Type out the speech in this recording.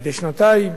מדי שנתיים,